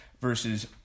versus